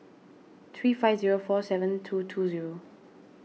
three five zero four seven two two zero